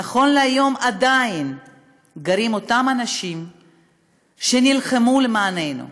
נכון להיום, עדיין גרים אותם אנשים שנלחמו למעננו.